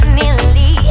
nearly